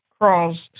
crawls